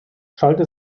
schallte